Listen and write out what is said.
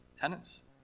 Tenants